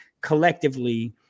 collectively